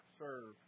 serve